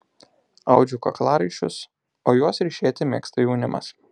audžiu kaklaraiščius o juos ryšėti mėgsta jaunimas